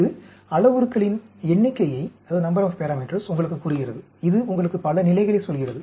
இது அளவுருக்களின் எண்ணிக்கையை உங்களுக்குக் கூறுகிறது இது உங்களுக்கு பல நிலைகளை சொல்கிறது